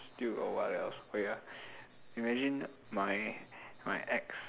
still got what else wait ah imagine my my ex